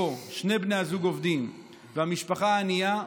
שבו שני בני הזוג עובדים והמשפחה ענייה,